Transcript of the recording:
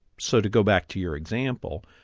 so to go back to your example,